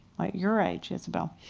like your age, isabelle.